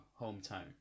hometown